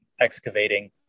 excavating